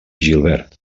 gilbert